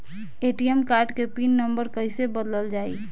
ATM card के PIN number कईसे बदलल जाई?